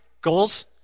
goals